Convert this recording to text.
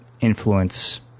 influence